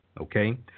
okay